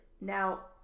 Now